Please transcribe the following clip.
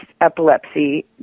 epilepsy